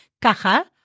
caja